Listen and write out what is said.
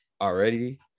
already